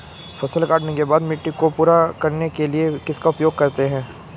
फसल काटने के बाद मिट्टी को पूरा करने के लिए किसका उपयोग करते हैं?